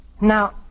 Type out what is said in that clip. Now